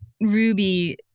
Ruby